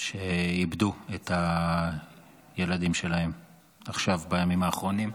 שאיבדו את הילדים שלהם בימים האחרונים.